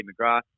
McGrath